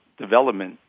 development